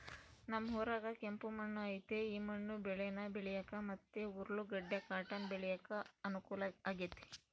ನಮ್ ಊರಾಗ ಕೆಂಪು ಮಣ್ಣು ಐತೆ ಈ ಮಣ್ಣು ಬೇಳೇನ ಬೆಳ್ಯಾಕ ಮತ್ತೆ ಉರ್ಲುಗಡ್ಡ ಕಾಟನ್ ಬೆಳ್ಯಾಕ ಅನುಕೂಲ ಆಗೆತೆ